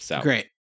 Great